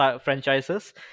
franchises